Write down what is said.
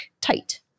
tight